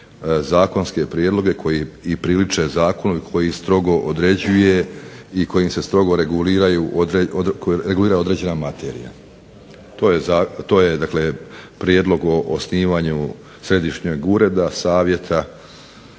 zakonske prijedloge koji priliče zakonu i koji strogo određuje i kojim se strogo regulira određena materija, to je dakle prijedlog o osnivanju središnjeg ureda, savjeta